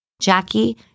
Jackie